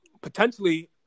potentially